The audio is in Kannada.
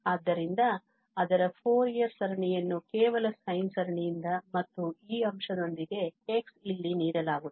ಆದ್ದರಿಂದ ಅದರ ಫೋರಿಯರ್ ಸರಣಿಯನ್ನು ಕೇವಲ sine ಸರಣಿಯಿಂದ ಮತ್ತು ಈ ಅಂಶದೊಂದಿಗೆ x ಇಲ್ಲಿ ನೀಡಲಾಗುತ್ತದೆ